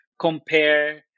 compare